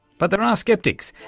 but there are ah sceptics.